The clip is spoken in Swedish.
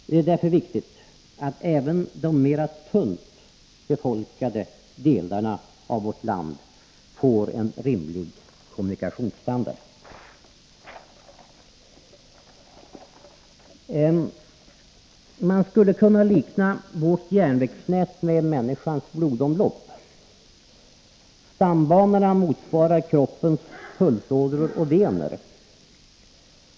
Det är därför viktigt att även de mera glest befolkade delarna av vårt land får en rimlig kommunikationsstandard. Man skulle kunna likna vårt järnvägsnät vid människans blodomlopp. Stambanorna motsvarar kroppens pulsådror och vener.